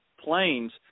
planes